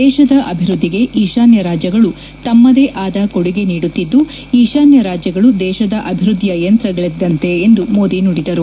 ದೇಶದ ಅಭಿವೃದ್ದಿಗೆ ಈಶಾನ್ಯ ರಾಜ್ಯಗಳು ತಮ್ಮದೇ ಆದ ಕೊಡುಗೆ ನೀಡುತ್ತಿದ್ದು ಈಶಾನ್ಯ ರಾಜ್ಯಗಳು ದೇಶದ ಅಭಿವೃದ್ದಿಯ ಯಂತ್ರಗಳಿದ್ದಂತೆ ಎಂದು ಮೋದಿ ನುಡಿದರು